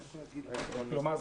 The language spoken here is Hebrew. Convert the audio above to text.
כלומר,